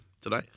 today